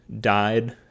died